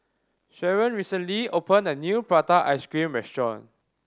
Sheron recently opened a new prata ice cream restaurant